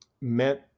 meant